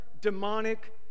demonic